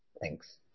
Thanks